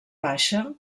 baixa